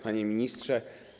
Panie Ministrze!